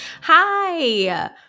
Hi